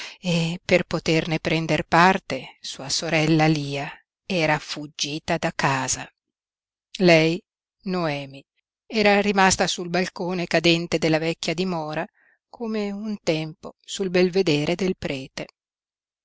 e per poterne prender parte sua sorella lia era fuggita da casa lei noemi era rimasta sul balcone cadente della vecchia dimora come un tempo sul belvedere del prete